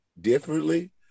differently